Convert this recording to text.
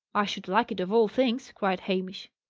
i should like it of all things! cried hamish.